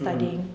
mm